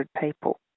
people